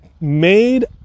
made